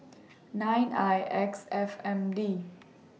nine I X F M D